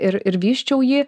ir ir vysčiau jį